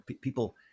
People